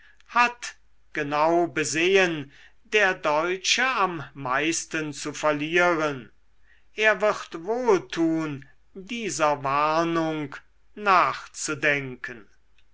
hat genau besehen der deutsche am meisten zu verlieren er wird wohltun dieser warnung nachzudenken